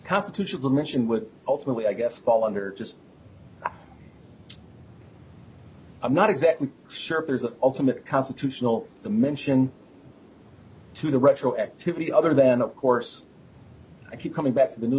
constitutional mention would ultimately i guess d fall under just i'm not exactly sure if there's an ultimate constitutional to mention to the retroactively other then of course i keep coming back to the